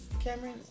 Cameron